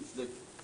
היא מוצדקת.